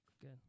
Good